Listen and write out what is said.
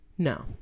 No